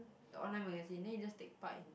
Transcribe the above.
online magazine then you just take part in